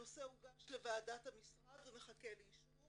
הנושא הוגש לוועדת המשרד ומחכה לאישור